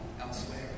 elsewhere